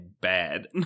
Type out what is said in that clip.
bad